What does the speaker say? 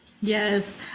Yes